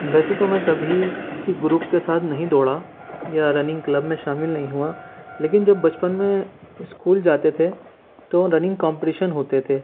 ویسے تو میں کبھی کسی گروپ کے ساتھ نہیں دوڑا یا رننگ کلب میں شامل نہیں ہوا لیکن جب بچپن میں اسکول جاتے تھے تو رننگ کمپٹشین ہوتے تھے